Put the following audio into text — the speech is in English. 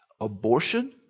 abortion